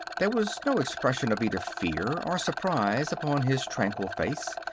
there was no expression of either fear or surprise upon his tranquil face,